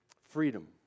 Freedom